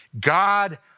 God